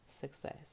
success